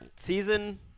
season